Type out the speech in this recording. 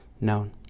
known